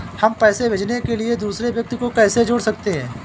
हम पैसे भेजने के लिए दूसरे व्यक्ति को कैसे जोड़ सकते हैं?